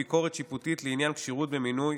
ביקורת שיפוטית לעניין כשירות במינוי),